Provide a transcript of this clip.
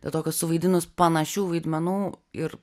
dėl to kad suvaidinus panašių vaidmenų ir